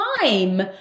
time